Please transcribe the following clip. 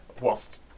whilst